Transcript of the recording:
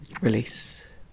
Release